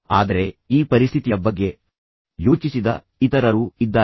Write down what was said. ಆದರೆ ಈ ಪರಿಸ್ಥಿತಿಯ ಬಗ್ಗೆ ಯೋಚಿಸಿದ ಇತರರು ಇದ್ದಾರೆ